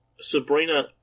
Sabrina